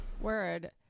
Word